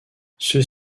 ceux